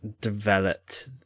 developed